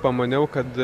pamaniau kad